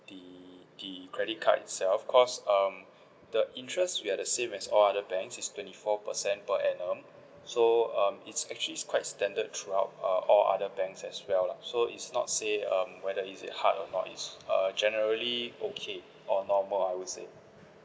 the the credit card itself cause um the interest we are the same as all other banks it's twenty four percent per annum so um it's actually quite standard throughout uh all other banks as well lah so it's not say um whether is it hard or not it's uh generally okay or normal I would say